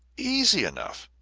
easy enough!